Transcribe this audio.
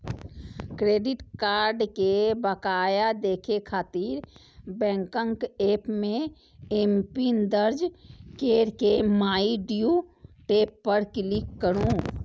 credit card के बकाया देखै खातिर बैंकक एप मे एमपिन दर्ज कैर के माइ ड्यू टैब पर क्लिक करू